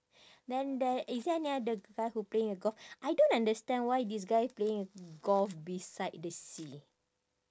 then there is there any other guy who playing a golf I don't understand why this guy playing golf beside the sea